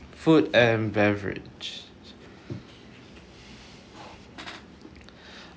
food and beverage